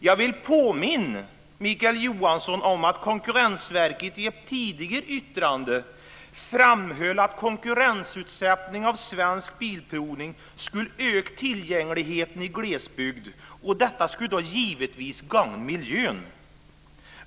Jag vill påminna Mikael Johansson om att Konkurrensverket i ett tidigare yttrande framhöll att konkurrensutsättning av Svensk Bilprovning skulle öka tillgängligheten i glesbygd och att detta då givetvis skulle gagna miljön.